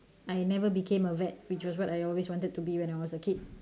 I never became a vet which was what I always wanted to be when I was a kid